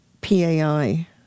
PAI